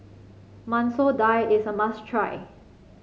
Masoor Dal is a must try